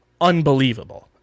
unbelievable